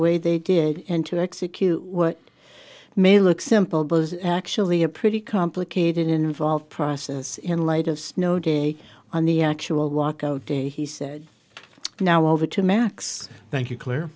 way they did and to execute what may look simple bows actually a pretty complicated involved process in light of snow day on the actual lockout day he said now over to max thank you clar